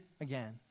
again